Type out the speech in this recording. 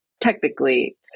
technically